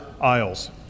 aisles